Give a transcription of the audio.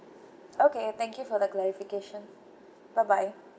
okay thank you for the clarification bye bye